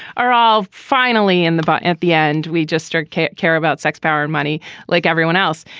are all finally in the bar at the end. we just start can't care about sex, power and money like everyone else.